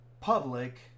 public